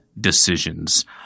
decisions